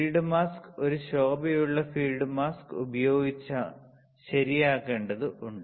field mask ഒരു ശോഭയുള്ള field mask ഉപയോഗിച്ച് ശരിയാക്കേണ്ടത് ഉണ്ട്